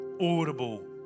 audible